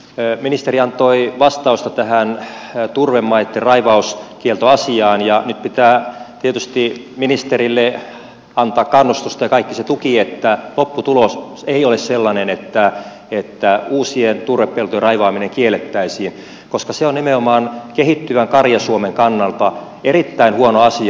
ministeri antoi vastausta tähän turvemaitten raivauskieltoasiaan ja nyt pitää tietysti ministerille antaa kannustusta ja kaikki se tuki jotta lopputulos ei ole sellainen että uusien turvepeltojen raivaaminen kiellettäisiin koska se on nimenomaan kehittyvän karja suomen kannalta erittäin huono asia